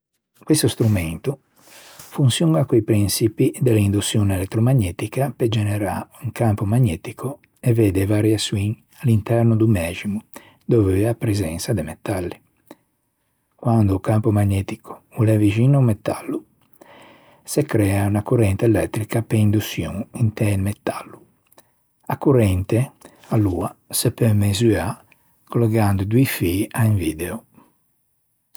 Questo strumento, fonçioña co-i prinçippi de l'indoçion elettromagnetica pe generâ un campo magnetico e vedde e variaçioin à l'interno do mæximo dove l'é a presensa de metalli. Quande o campo magnetico o l'é vixin a-o metallo, se crea unna corrente elettrica pe indoçion inte un metallo. A corrente, aloa se peu mesuâ collegando doî fî à un video.